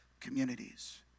communities